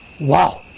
Wow